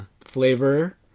flavor